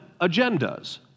agendas